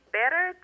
better